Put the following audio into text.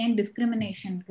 discrimination